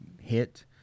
hit